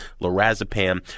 Lorazepam